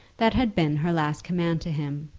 that had been her last command to him.